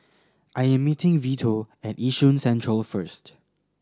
I am meeting Vito at Yishun Central first